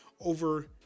over